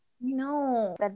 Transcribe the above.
No